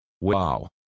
Wow